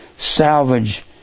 Salvage